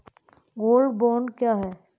Gold bond क्या है?